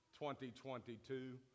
2022